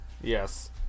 Yes